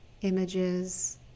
images